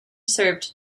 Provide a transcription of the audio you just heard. served